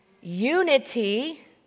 unity